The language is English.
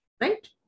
Right